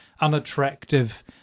unattractive